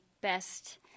best